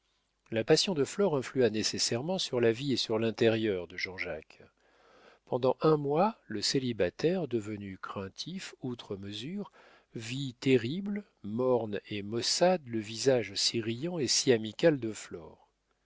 la passion de flore influa nécessairement sur la vie et l'intérieur de jean-jacques pendant un mois le célibataire devenu craintif outre mesure vit terrible morne et maussade le visage si riant et si amical de